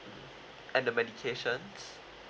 and the medications